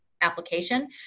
application